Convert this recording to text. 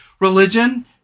religion